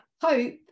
hope